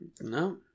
No